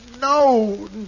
No